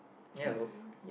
he's